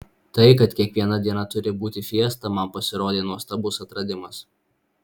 tai kad kiekviena diena turi būti fiesta man pasirodė nuostabus atradimas